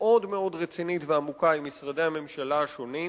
מאוד רצינית ועמוקה עם משרדי הממשלה השונים.